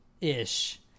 ish